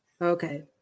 okay